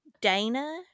Dana